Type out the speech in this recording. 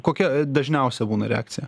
kokia dažniausia būna reakcija